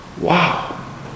Wow